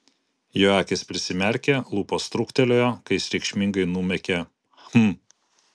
jo akys prisimerkė lūpos truktelėjo kai jis reikšmingai numykė hm